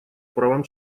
правам